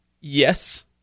Yes